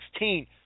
2016